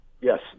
Yes